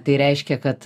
tai reiškia kad